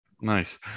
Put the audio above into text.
Nice